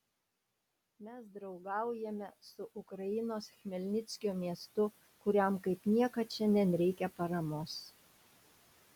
mes draugaujame su ukrainos chmelnickio miestu kuriam kaip niekad šiandien reikia paramos